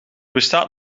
bestaat